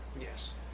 Yes